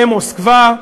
במוסקבה,